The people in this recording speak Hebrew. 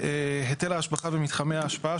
היטל ההשבחה במתחמי ההשפעה,